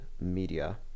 media